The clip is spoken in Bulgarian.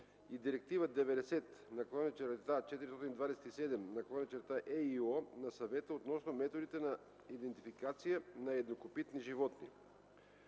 и Директива 90/427/ЕИО на Съвета относно методите на идентификация на еднокопитни животни;